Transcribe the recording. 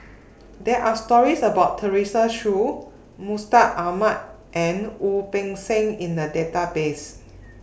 There Are stories about Teresa Hsu Mustaq Ahmad and Wu Peng Seng in The Database